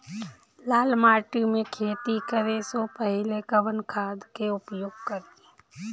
लाल माटी में खेती करे से पहिले कवन खाद के उपयोग करीं?